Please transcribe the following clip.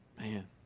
man